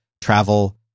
travel